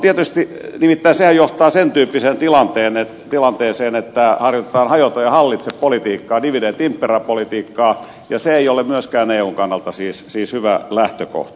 sehän nimittäin johtaa sentyyppiseen tilanteeseen että harjoitetaan hajota ja hallitse politiikkaa divide et impera politiikkaa ja se ei ole siis myöskään eun kannalta hyvä lähtökohta